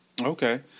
Okay